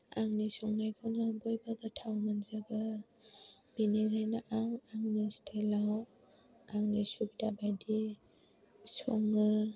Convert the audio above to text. आंनि संनायखौनो बयबो गोथाव मोनजोबो बेनिखायनो आं आंनि स्टाइलाव आंनि सुबिदा बायदियै सङो